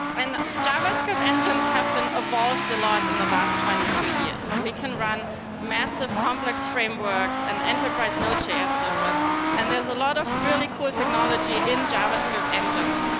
and ah javascript engines have been evolved a lot in the last twenty two years. we can run massive complex frameworks and enterprise node js service and there is a lot of cool technology in javascript engines.